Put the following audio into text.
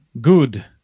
Good